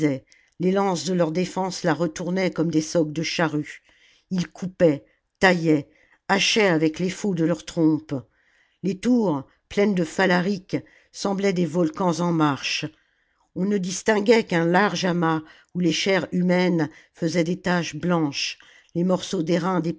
les lances de leur défenses la retournaient comme des socs de charrues ils coupaient taillaient hachaient avec les faux de leurs trompes les tours pleines de phalariques semblaient des volcans en marche on ne distinguait qu'un large amas ox les chairs humaines faisaient des taches blanches les morceaux